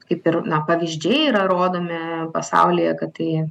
kaip ir na pavyzdžiai yra rodomi pasaulyje kad tai